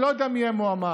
אני לא יודע מי יהיה המועמד,